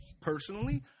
personally